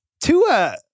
Tua